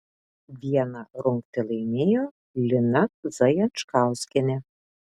vieną rungtį laimėjo lina zajančkauskienė